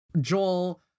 joel